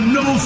no